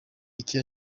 icyo